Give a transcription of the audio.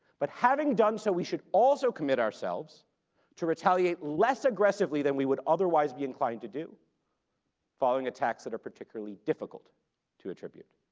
but having done so, we should also commit ourselves to retaliate less aggressively than we would otherwise be inclined to do following attacks that are particularly difficult to attribute.